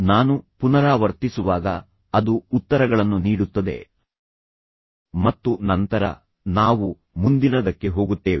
ನಾನು ಪುನರಾವರ್ತಿಸುವಾಗ ಅದು ಉತ್ತರಗಳನ್ನು ನೀಡುತ್ತದೆ ಮತ್ತು ನಂತರ ನಾವು ಮುಂದಿನದಕ್ಕೆ ಹೋಗುತ್ತೇವೆ